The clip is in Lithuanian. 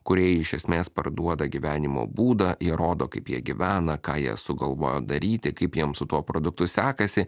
kūrėjai iš esmės parduoda gyvenimo būdą jie rodo kaip jie gyvena ką jie sugalvojo daryti kaip jiems su tuo produktu sekasi